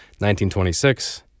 1926